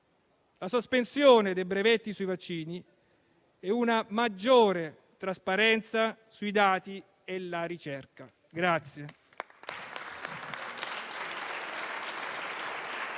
la sospensione dei brevetti sui vaccini e una maggiore trasparenza sui dati e sulla ricerca.